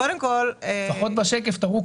קיבלנו הבטחה לתוספות.